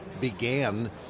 began